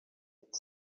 nét